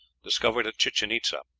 discovered at chichen itza,